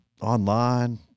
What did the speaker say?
online